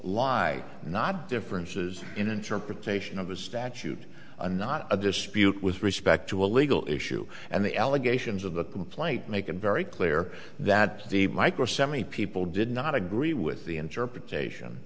lie not differences in interpretation of a statute and not a dispute with respect to a legal issue and the allegations of the complaint make it very clear that the micro semi people did not agree with the interpretation